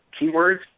Keywords